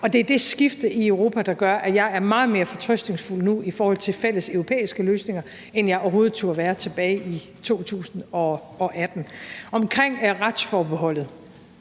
Og det er det skifte i Europa, der gør, at jeg er meget mere fortrøstningsfuld nu i forhold til fælles europæiske løsninger, end jeg overhovedet turde være tilbage i 2018. Omkring retsforbeholdet